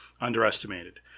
underestimated